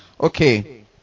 Okay